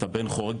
אתה בן חורג,